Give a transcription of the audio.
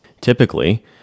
Typically